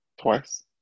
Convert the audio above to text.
twice